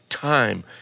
time